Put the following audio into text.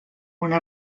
unes